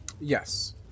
Yes